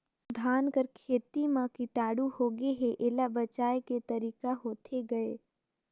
धान कर खेती म कीटाणु होगे हे एला बचाय के तरीका होथे गए?